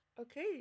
Okay